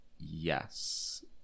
Yes